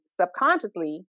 subconsciously